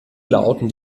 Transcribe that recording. lauten